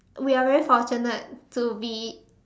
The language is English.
we are very fortunate to be